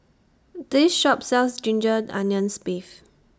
This Shop sells Ginger Onions Beef